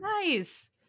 nice